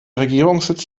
regierungssitz